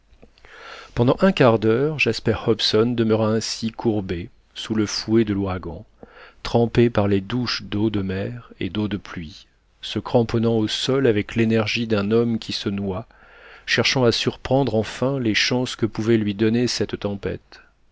pendant un quart d'heure jasper hobson demeura ainsi courbé sous le fouet de l'ouragan trempé par les douches d'eau de mer et d'eau de pluie se cramponnant au sol avec l'énergie d'un homme qui se noie cherchant à surprendre enfin les chances que pouvait lui donner cette tempête